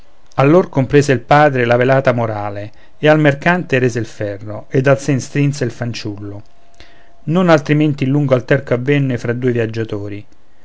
allor comprese il padre la velata morale e al mercatante rese il ferro ed al sen strinse il fanciullo non altrimenti il lungo alterco avvenne fra due viaggiatori